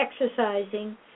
exercising